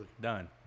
done